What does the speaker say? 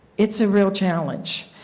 it is a real challenge.